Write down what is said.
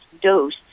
dose